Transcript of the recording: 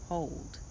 Hold